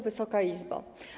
Wysoka Izbo!